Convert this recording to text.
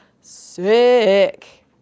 sick